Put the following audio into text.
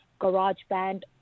GarageBand